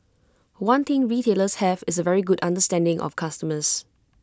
one thing retailers have is A very good understanding of customers